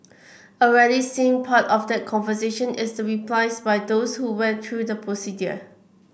a rarely seen part of that conversation is the replies by those who went through the procedure